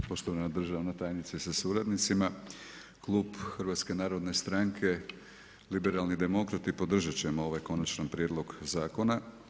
Poštovana državna tajnice sa suradnicima, Klub NHS-a, Liberalni demokrati, podržati ćemo ovaj Konačan prijedlog zakona.